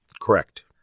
Correct